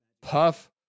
Puff